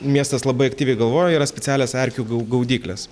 miestas labai aktyviai galvoja yra specialios erkių gau gaudyklės